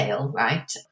Right